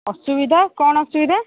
ଅସୁବିଧା କ'ଣ ଅସୁବିଧା